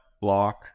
block